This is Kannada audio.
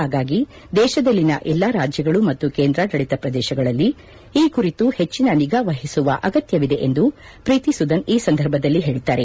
ಹಾಗಾಗಿ ದೇಶದಲ್ಲಿನ ಎಲ್ಲಾ ರಾಜ್ಯಗಳು ಮತ್ತು ಕೇಂದ್ರಾಡಳಿತ ಪ್ರದೇಶಗಳಲ್ಲಿ ಈ ಕುರಿತು ಹೆಚ್ಚಿನ ನಿಗಾ ವಹಿಸುವ ಅಗತ್ವವಿದೆ ಎಂದು ಪ್ರೀತಿ ಸುದನ್ ಈ ಸಂದರ್ಭದಲ್ಲಿ ಹೇಳಿದ್ದಾರೆ